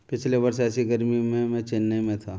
पिछले वर्ष ऐसी गर्मी में मैं चेन्नई में था